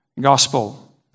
gospel